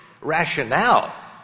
rationale